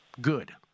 good